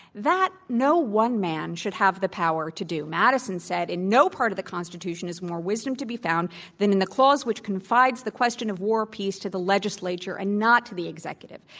that no one man should have the power to do. madison said, in no part of the constitution is more wisdom to be found than in the clause which confides the question of war or peace to the legislature, and not to the executive.